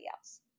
else